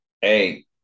Hey